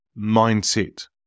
mindset